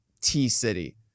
T-City